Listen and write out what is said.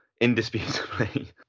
indisputably